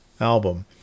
album